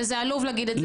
וזה עלוב להגיד את זה פה.